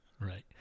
right